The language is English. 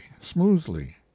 smoothly